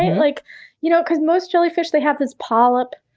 and like you know, because most jellyfish, they have this polyp.